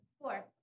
Four